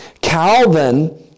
Calvin